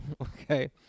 Okay